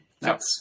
Yes